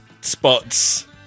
spots